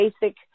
basic